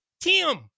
tim